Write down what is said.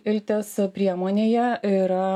iltės priemonėje yra